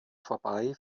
vorbei